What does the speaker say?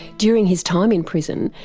during his time in prison,